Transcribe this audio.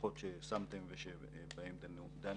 הדוחות ששמתם ושבהם דנו,